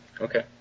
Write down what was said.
Okay